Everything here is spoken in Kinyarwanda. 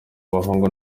abahungu